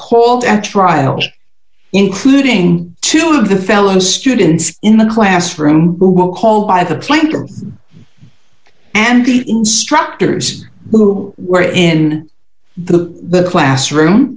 called at trial including two of the fellow students in the classroom who will call by the planter and the instructors who were in the classroom